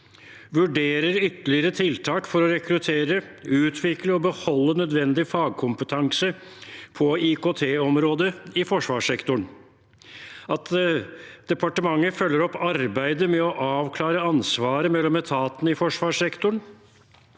vurderer ytterligere tiltak for å rekruttere, utvikle og beholde nødvendig fagkompetanse på IKT-området i forsvarssektoren – følger opp arbeidet med å avklare ansvaret mellom etatene i forsvarssektoren